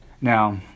now